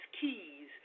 keys